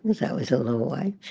and so as a little boy.